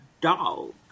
dog